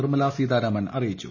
നിർമ്മലാ സീതാരാമൻ അറിയിച്ചു